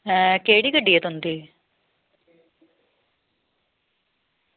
आं केह्ड़ी गड्डी ऐ तुं'दी